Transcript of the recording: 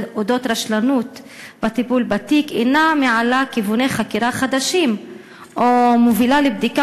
רשלנות בטיפול בתיק אינן מעלות כיווני חקירה חדשים או מובילות לבדיקה